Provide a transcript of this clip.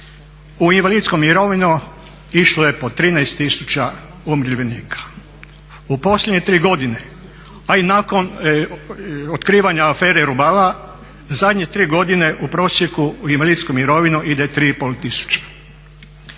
u invalidsku mirovinu išlo je po 13 tisuća umirovljenika. U posljednje tri godine, a i nakon otkrivanja afere "Rubalo" zadnje tri godine u prosjeku u invalidsku mirovinu ide 3,5